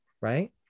right